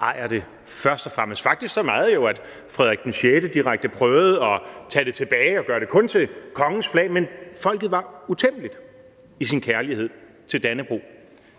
ejer det først og fremmest – jo faktisk så meget, at Frederik VI direkte prøvede at tage det tilbage og gøre det til kun kongens flag, men folket var utæmmeligt i sin kærlighed til Dannebrog.